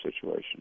situation